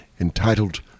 entitled